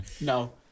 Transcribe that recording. No